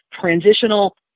transitional